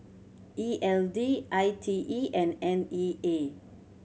E L D I T E and N E A